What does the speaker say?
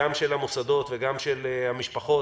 גם של המוסדות וגם של המשפחות,